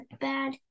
bad